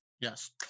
Yes